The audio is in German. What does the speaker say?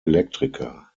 elektriker